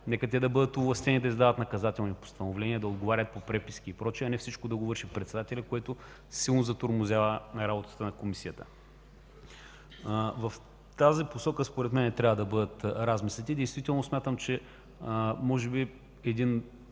Нека те да бъдат овластени да издават наказателни постановления, да отговарят на преписки и прочее, а не всичко да върши председателят, което силно затруднява работата на Комисията. В тази посока според мен трябва да бъдат размислите. Смятам, че може би един